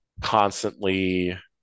constantly